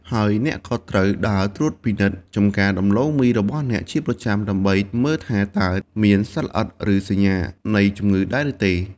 ហើយអ្នកក៏ត្រូវដើរត្រួតពិនិត្យចំការដំឡូងមីរបស់អ្នកជាប្រចាំ ដើម្បីមើលថាតើមានសត្វល្អិត ឬសញ្ញានៃជំងឺដែរឬទេ។